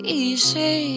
easy